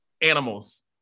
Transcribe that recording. Animals